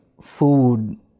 food